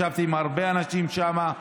ישבתי עם הרבה אנשים שם,